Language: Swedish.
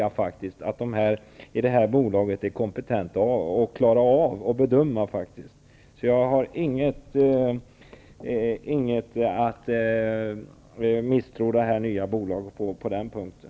Jag tror faktiskt att de som ingår i bolaget i fråga är kompetenta nog att göra en bedömning. Jag har ingen anledning att misstro det nya bolaget på den punkten.